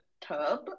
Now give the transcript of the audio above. tub